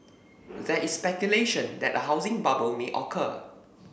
there is speculation that a housing bubble may occur